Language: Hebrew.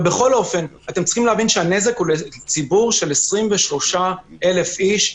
אתם צריכים להבין שהנזק שייגרם הוא לציבור של 23,000 אנשים.